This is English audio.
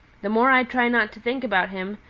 the more i tried not to think about him,